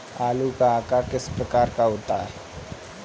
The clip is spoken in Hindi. आलू का आकार किस प्रकार का होता है?